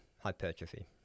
hypertrophy